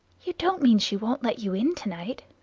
you don't mean she won't let you in to-night?